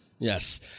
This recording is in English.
Yes